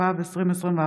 התשפ"ב 2021,